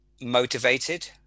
motivated